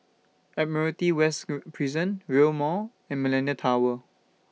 Admiralty West Prison Rail Mall and Millenia Tower